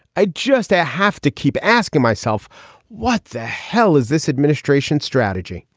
i just i have to keep asking myself what the hell is this administration strategy.